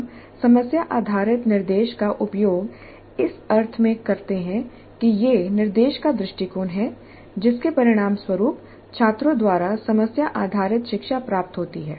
हम समस्या आधारित निर्देश का उपयोग इस अर्थ में करते हैं कि यह निर्देश का दृष्टिकोण है जिसके परिणामस्वरूप छात्रों द्वारा समस्या आधारित शिक्षा प्राप्त होती है